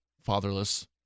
fatherless